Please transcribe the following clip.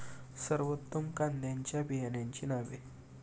सर्वोत्तम कांद्यांच्या बियाण्यांची नावे?